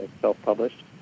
self-published